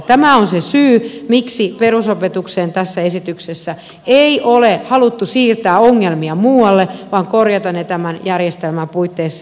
tämä on se syy miksi perusopetukseen tässä esityksessä ei ole haluttu siirtää ongelmia muualle vaan korjata ne tämän järjestelmän puitteissa